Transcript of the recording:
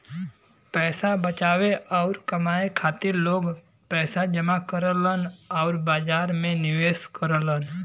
पैसा बचावे आउर कमाए खातिर लोग पैसा जमा करलन आउर बाजार में निवेश करलन